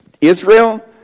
Israel